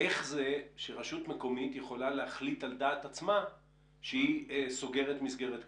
איך זה שרשות מקומית יכולה להחליט על דעת עצמה שהיא סוגרת מסגרת כזאת?